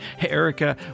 Erica